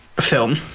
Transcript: film